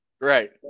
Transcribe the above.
Right